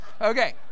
Okay